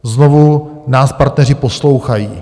Znovu nás partneři poslouchají.